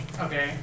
okay